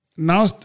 Now